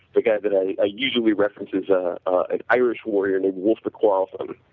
the guy that i usually referenced is ah an irish warrior named wolf the quarrelsome.